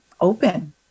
open